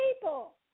people